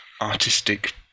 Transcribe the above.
artistic